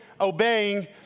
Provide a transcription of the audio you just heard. obeying